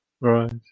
Right